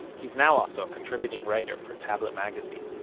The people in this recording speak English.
he's now also a contributing writer for tablet magazine